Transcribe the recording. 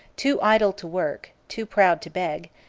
too idle to work, too proud to beg,